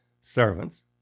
servants